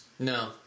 No